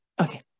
Okay